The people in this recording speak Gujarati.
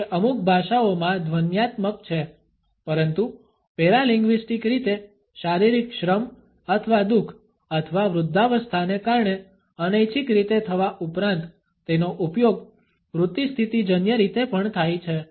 તે અમુક ભાષાઓમાં ધ્વન્યાત્મક છે પરંતુ પેરાલિંગ્વીસ્ટિક રીતે શારીરિક શ્રમ અથવા દુખ અથવા વૃદ્ધાવસ્થાને કારણે અનૈચ્છિક રીતે થવા ઉપરાંત તેનો ઉપયોગ વૃત્તિસ્થિતીજન્ય રીતે પણ થાય છે